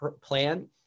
plan